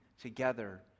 together